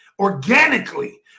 organically